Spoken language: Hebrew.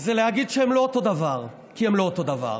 זה להגיד שהם לא אותו דבר, כי הם לא אותו דבר.